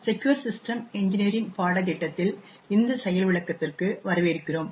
secure system engineering பாடத்திட்டத்தில் இந்த செயல் விளக்கத்திற்கு வரவேற்கிறோம்